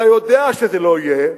אתה יודע שזה לא יהיה,